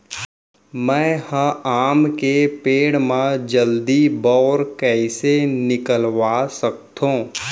मैं ह आम के पेड़ मा जलदी बौर कइसे निकलवा सकथो?